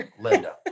Linda